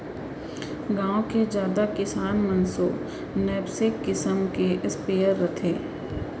गॉँव के जादा किसान मन सो नैपसेक किसम के स्पेयर रथे